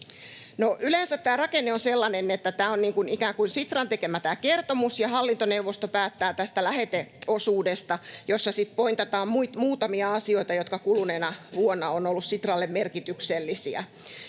Yleensä tämä rakenne on sellainen, että tämä kertomus on ikään kuin Sitran tekemä ja hallintoneuvosto päättää tästä läheteosuudesta, jossa sitten pointataan muutamia asioita, jotka kuluneena vuonna ovat olleet Sitralle merkityksellisiä.